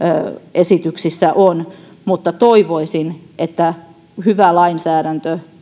esityksissä on mutta toivoisin että hyvä lainsäädäntö